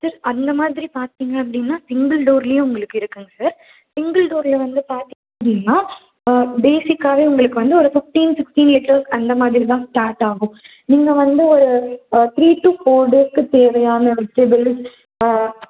sir அந்த மாதிரி பார்த்திங்க அப்படின்னா சிங்கிள் டோர்லேயே உங்களுக்கு இருக்குதுங்க சார் சிங்கிள் டோரில் வந்து பார்த்திங்க அப்படினா பேஸிக்காகவே உங்களுக்கு ஒரு ஃபிஃப்டீன் சிக்ஸ்டீன் லிட்டர்ஸ் அந்த மாதிரிதான் ஸ்டார்ட் ஆகும் நீங்கள் வந்து த்ரீ டூ ஃபோர் டேஸ்க்கு தேவையான வெஜிடபுள்ஸ்